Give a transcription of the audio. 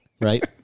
Right